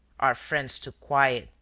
our friend's too quiet,